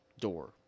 door